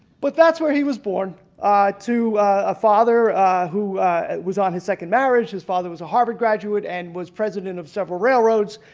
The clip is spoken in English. but that's where he was born to a father who was on his second marriage. his father was a harvard graduate and president of several railroads,